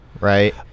right